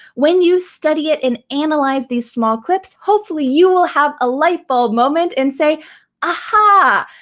when you study it and analyze these small clips hopefully you will have a light bulb moment and say aha!